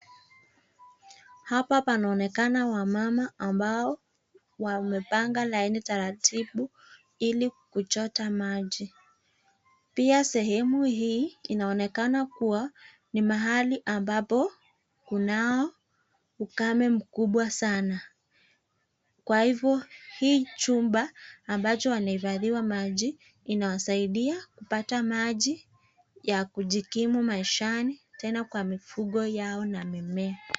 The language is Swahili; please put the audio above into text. Hapa panaonekana wamama ambao wamepanga laini taratibu ili kuchota maji. Pia sehemu hii inaonekana kuwa ni mahali ambapo kunao ukame mkubwa sana. Kwa hivyo, hii chumba ambacho wameifadhiwa maji inawasaidia kupata maji ya kujikimu maishani tena kwa mifugo yao na mimea.